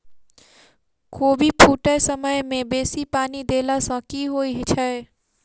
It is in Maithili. कोबी फूटै समय मे बेसी पानि देला सऽ की होइ छै?